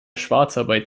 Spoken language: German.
schwarzarbeit